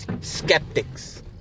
skeptics